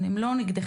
הם לא נגדכם,